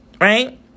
right